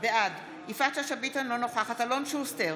בעד יפעת שאשא ביטון, אינה נוכחת אלון שוסטר,